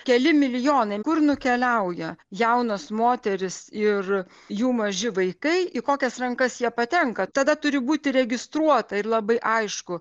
keli milijonai kur nukeliauja jaunos moterys ir jų maži vaikai į kokias rankas jie patenka tada turi būti registruota ir labai aišku